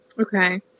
Okay